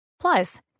Plus